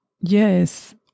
yes